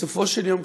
בסופו של יום,